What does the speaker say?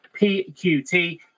pqt